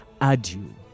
adieu